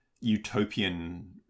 utopian